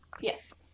Yes